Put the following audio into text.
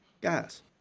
guys